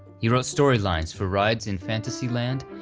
he wrote storylines for rides in fantasyland,